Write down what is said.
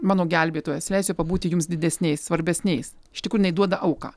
mano gelbėtojas leisiu pabūti jums didesniais svarbesniais iš tikrųjų jinai duoda auką